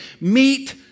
meet